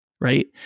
Right